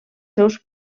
seus